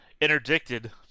interdicted